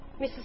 Mrs